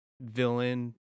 villain